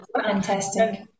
Fantastic